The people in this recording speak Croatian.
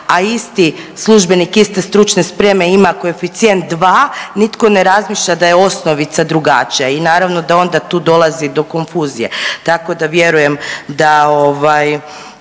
a isti službenik iste stručne spreme ima koeficijent 2 nitko ne razmišlja da je osnovica drugačija i naravno da onda tu dolazi do konfuzije. Tako da vjerujem da